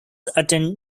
attend